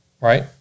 Right